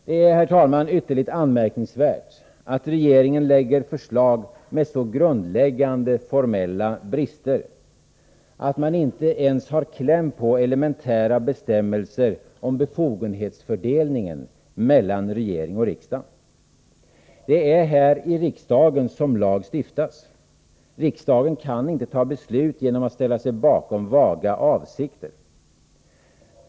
Det är, herr talman, ytterligt anmärkningsvärt att regeringen lägger fram förslag med så grundläggande formella brister, att man inte ens har kläm på elementära bestämmelser om befogenhetsfördelningen mellan regering och riksdag. Det är här i riksdagen som lag stiftas. Riksdagen kan inte fatta beslut genom att ställa sig bakom vaga avsikter.